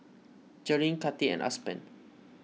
Jerilynn Kati and Aspen